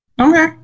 Okay